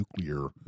nuclear